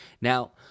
Now